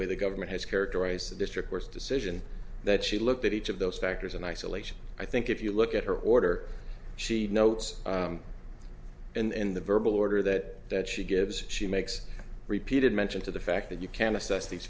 way the government has characterized the district nurse decision that she looked at each of those factors in isolation i think if you look at her order she notes and the verbal order that that she gives she makes repeated mention to the fact that you can assess these